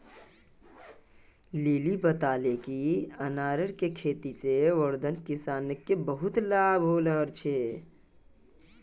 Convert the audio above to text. lily बताले कि अनारेर खेती से वर्धार किसानोंक बहुत लाभ हल छे